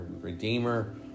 Redeemer